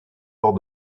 lors